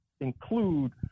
include